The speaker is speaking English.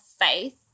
faith